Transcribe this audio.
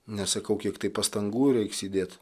nesakau kiek tai pastangų reiks įdėt